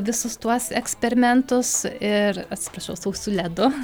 visus tuos eksperimentus ir atsiprašau sausu ledu